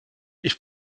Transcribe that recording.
ich